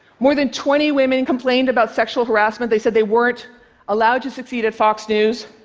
more than twenty women complained about sexual harassment. they said they weren't allowed to succeed at fox news.